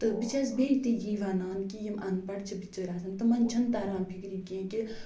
تہٕ بہٕ چھَس بیٚیہِ تہِ یی وَنان کہِ یِم اَن پَڑھ چھِ بِچٲرۍ آسان تِمَن چھِنہٕ تران فِکِرِ کیٚنہہ کہِ